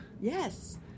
Yes